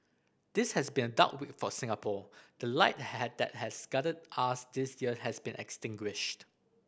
this has been a dark week for Singapore the light has that has guided us these years has been extinguished